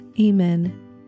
Amen